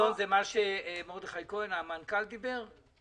ה-200 מיליון שקל זה מה שמרדכי כהן המנכ"ל דיבר עליו?